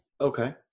Okay